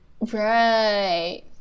Right